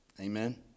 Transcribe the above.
Amen